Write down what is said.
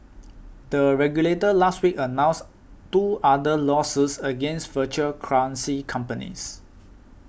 the regulator last week announced two other lawsuits against virtual currency companies